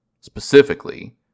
Specifically